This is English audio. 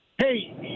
Hey